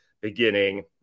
beginning